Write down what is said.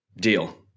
Deal